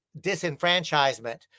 disenfranchisement